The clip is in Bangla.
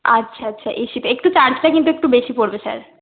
আচ্ছা আচ্ছা এসিতে একটু চার্জটা কিন্তু একটু বেশি পড়বে স্যার